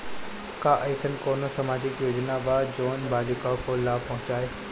का अइसन कोनो सामाजिक योजना बा जोन बालिकाओं को लाभ पहुँचाए?